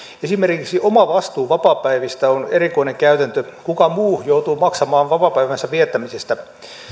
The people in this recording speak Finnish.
esimerkiksi omavastuu vapaapäivistä on erikoinen käytäntö kuka muu joutuu maksamaan vapaapäivänsä viettämisestä